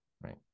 right